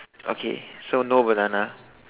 okay so no banana